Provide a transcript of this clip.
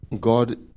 God